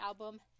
album